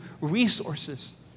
resources